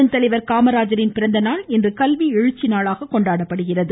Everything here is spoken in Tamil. பெருந்தலைவா் காமராஜரின் பிறந்த நாள் இன்று கல்வி எழுச்சி நாளாக கொண்டாடப்படுகிறது